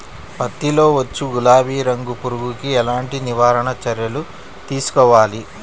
పత్తిలో వచ్చు గులాబీ రంగు పురుగుకి ఎలాంటి నివారణ చర్యలు తీసుకోవాలి?